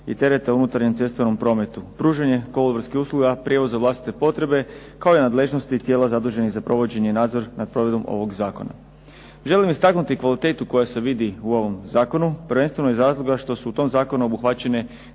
i tereta u unutarnjem cestovnom prometu, pružanje kolodvorskih usluga, prijevoz za vlastite potrebe, kao i nadležnosti tijela zaduženih za provođenje i nadzor nad provedbom ovog zakona. Želim istaknuti kvalitetu koja se vidi u ovom zakonu, prvenstveno iz razloga što su u tom zakonu obuhvaćene